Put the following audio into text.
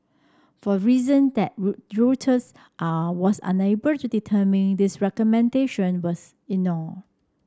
for reason that Reuters are was unable to determine these recommendation was